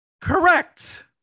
correct